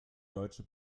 deutsche